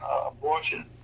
abortion